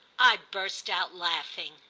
i burst out laughing.